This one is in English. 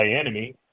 Enemy